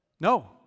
No